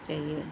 چاہیے